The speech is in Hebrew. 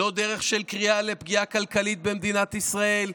לא דרך של קריאה לפגיעה כלכלית במדינת ישראל,